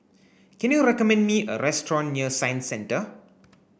can you recommend me a restaurant near Science Centre